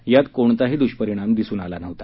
त्यामधे कोणताही दुष्परिणाम दिसून आला नव्हता